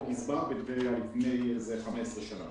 לפני 15 שנים.